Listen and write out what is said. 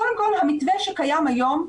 קודם כל המתווה שקיים היום,